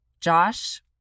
Josh